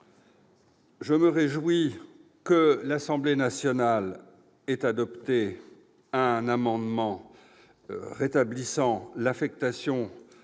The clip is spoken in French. Je me réjouis que l'Assemblée nationale ait adopté un amendement visant à rétablir l'affectation